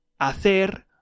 Hacer